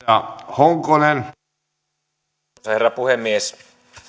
arvoisa herra puhemies